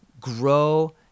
grow